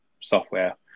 software